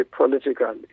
political